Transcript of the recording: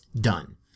done